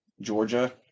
Georgia